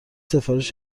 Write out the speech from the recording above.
سفارش